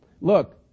look